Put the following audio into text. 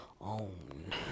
own